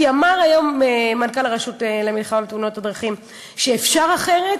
כי אמר היום מנכ"ל הרשות למלחמה בתאונות הדרכים שאפשר אחרת,